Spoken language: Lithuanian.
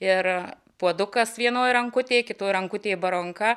ir puodukas vienoj rankutėj kitoj rankutėj baronka